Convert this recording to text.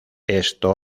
esto